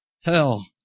Hell